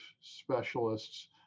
specialists